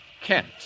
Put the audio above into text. Kent